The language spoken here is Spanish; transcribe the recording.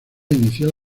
inicial